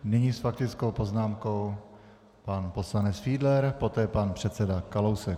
Nyní s faktickou poznámkou pan poslanec Fiedler, poté pan předseda Kalousek.